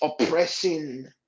oppressing